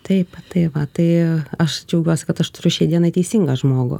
taip tai va tai aš džiaugiuosi kad aš turiu šiai dienai teisingą žmogų